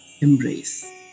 Embrace